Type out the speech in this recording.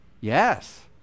Yes